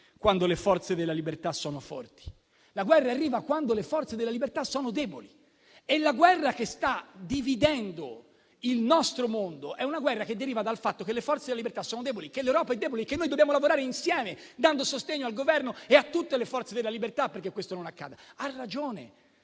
quando le forze della libertà sono forti; la guerra arriva quando le forze della libertà sono deboli. La guerra che sta dividendo il nostro mondo è una guerra che deriva dal fatto che le forze della libertà sono deboli e che l'Europa è debole. Dobbiamo lavorare insieme dando sostegno al Governo e a tutte le forze della libertà perché questo non accada. Ha ragione